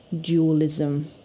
dualism